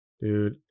Dude